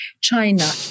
china